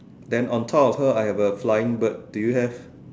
then on top her I have a flying bird do you have